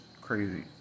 crazy